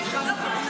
פה.